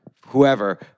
whoever